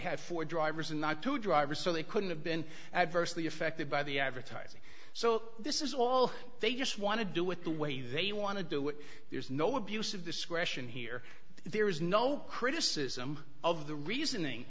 have four drivers and not two driver so they couldn't have been adversely affected by the advertising so this is all they just want to do with the way they want to do it there is no abuse of discretion here there is no criticism of the reasoning